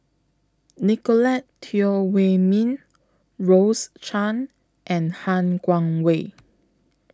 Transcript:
Nicolette Teo Wei Min Rose Chan and Han Guangwei